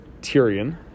Tyrion